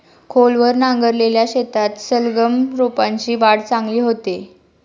खोलवर नांगरलेल्या शेतात सलगम रोपांची वाढ चांगली होते